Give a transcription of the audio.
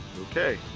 Okay